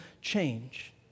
change